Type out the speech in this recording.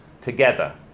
together